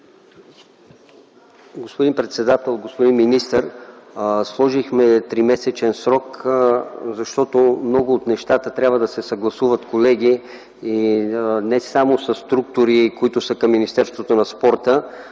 Господин председател, господин министър, колеги! Сложихме тримесечен срок, защото много от нещата трябва да се съгласуват, не само със структури, които са към Министерството на спорта,